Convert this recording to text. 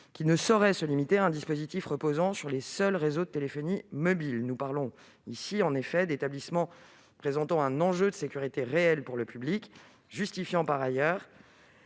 qui ne saurait se limiter à un dispositif reposant sur les seuls réseaux de téléphonie mobile. Nous parlons en effet ici d'établissements représentant un enjeu de sécurité réel pour le public, ce qui justifie d'ailleurs